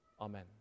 amen